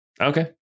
Okay